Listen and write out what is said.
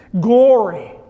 Glory